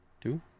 two